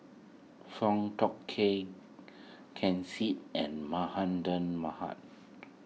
Foong Fook Kay Ken Seet and